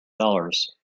dollars